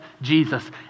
Jesus